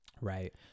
Right